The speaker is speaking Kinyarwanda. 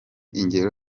ingero